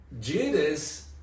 Judas